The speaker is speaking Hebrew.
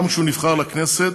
גם כשהוא נבחר לכנסת